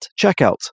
checkout